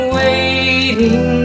waiting